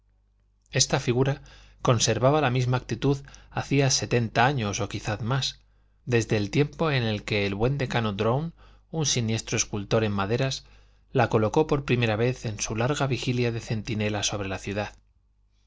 esta figura conservaba la misma actitud hacía setenta años o quizá más desde el tiempo en que el buen decano drowne un diestro escultor en maderas la colocó por primera vez en su larga vigilia de centinela sobre la ciudad